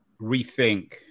rethink